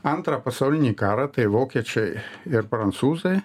antrą pasaulinį karą tai vokiečiai ir prancūzai